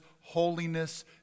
holiness